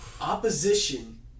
Opposition